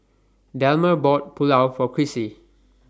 Delmer bought Pulao For Crissie